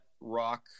rock